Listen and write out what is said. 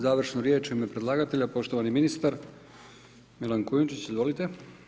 Završna riječ u ime predlagatelja, poštovani ministar Milan Kujundžić, izvolite.